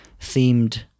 themed